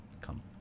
come